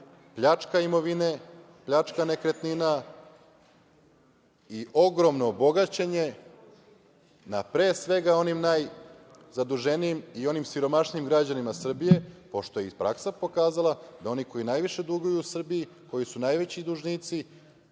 pljačka imovine, pljačka nekretnina i ogromno bogaćenje na, pre svega, onim najzaduženijim i onim najsiromašnijim građanima Srbije, pošto je i praksa pokazala da oni koji najviše duguju Srbiji, koji su najveći dužnici